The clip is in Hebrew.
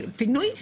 ופינוי?